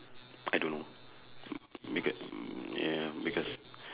I don't know mayb~ mm ya because